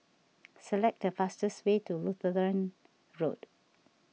select the fastest way to Lutheran Road